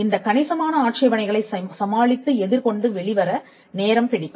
இந்த கணிசமான ஆட்சேபணைகளை சமாளித்து எதிர்கொண்டு வெளிவர நேரம் பிடிக்கும்